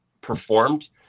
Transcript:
performed